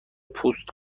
پست